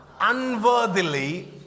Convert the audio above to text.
unworthily